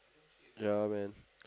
ya man